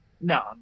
No